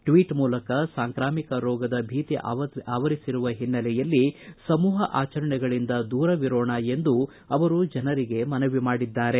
tweet ಮೂಲಕ ಸಾಂಕ್ರಾಮಿಕ ರೋಗದ ಭೀತಿ ಆವರಿಸಿರುವ ಹಿನ್ನೆಲೆಯಲ್ಲಿ ಸಮೂಪ ಆಚರಣೆಗಳಿಂದ ದೂರವಿರೋಣ ಎಂದು ಅವರು ಜನರಿಗೆ ಮನವಿ ಮಾಡಿದ್ದಾರೆ